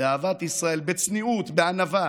באהבת ישראל, בצניעות, בענווה,